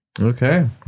Okay